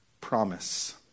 promise